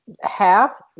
half